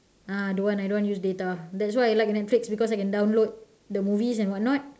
ah don't want I don't want use data that's why I like netflix because I can download the movies and what not